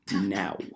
now